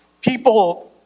people